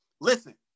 Listen